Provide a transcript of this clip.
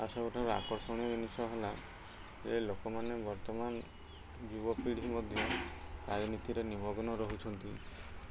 ଆଉ ସବୁଠାରୁ ଆକର୍ଷଣୀୟ ଜିନିଷ ହେଲା ଯେ ଲୋକମାନେ ବର୍ତ୍ତମାନ ଯୁବପିଢ଼ି ମଧ୍ୟ ରାଜନୀତିରେ ନିମଗ୍ନ ରହୁଛନ୍ତି